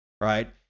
right